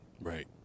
Right